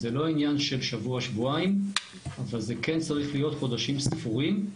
זה לא עניין של שבוע-שבועיים אבל זה כן צריך להיות חודשים ספורים.